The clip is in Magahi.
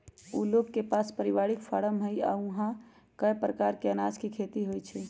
उ लोग के पास परिवारिक फारम हई आ ऊहा कए परकार अनाज के खेती होई छई